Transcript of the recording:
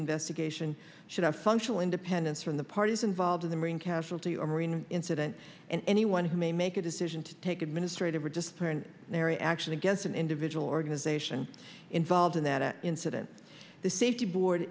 investigation should have functional independence from the parties involved in the marine casualty or marine incident and anyone who may make a decision to take administrative or just narry action against an individual organization involved in that incident the safety board